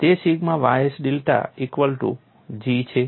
તે sigma ys delta equal to G છે